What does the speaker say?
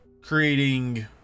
creating